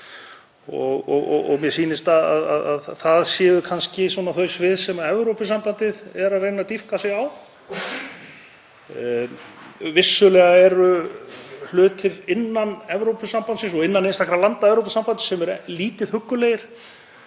Mér sýnist að það séu kannski þau svið sem Evrópusambandið er að reyna að dýpka sig á. Vissulega eru hlutir innan Evrópusambandsins og innan einstakra landa Evrópusambandsins sem eru lítið huggulegir,